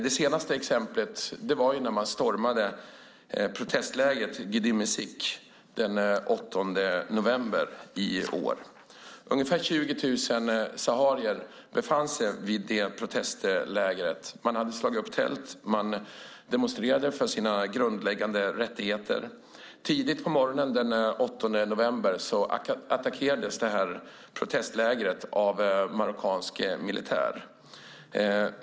Det senaste exemplet var när man stormade protestlägret Gdeim Izik den 8 november i år. Ungefär 20 000 saharier befann sig i det protestlägret. Man hade slagit upp tält, och man demonstrerade för sina grundläggande rättigheter. Tidigt på morgonen den 8 november attackerades det här protestlägret av marockansk militär.